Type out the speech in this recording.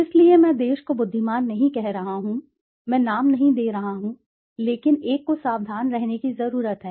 इसलिए मैं देश को बुद्धिमान नहीं कह रहा हूं मैं नाम नहीं दे रहा हूं लेकिन एक को सावधान रहने की जरूरत है